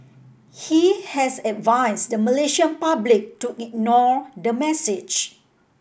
he has advised the Malaysian public to ignore the message